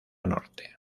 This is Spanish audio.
norte